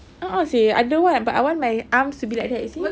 a'ah seh I don't want but I want my arms to be like that you see